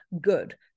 good